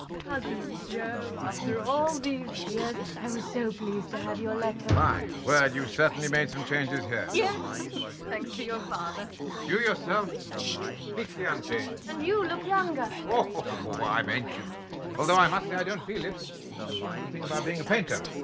cousin jo after all these years i was so pleased to have your letter. my word you certainly made some changes here. yes thanks to your father you yourself completely unchanged. and you look younger. oh i'm ancient although i must say i don't feel it that's one good thing about being a painter